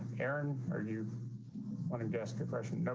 aaron, are you want to guess question. no.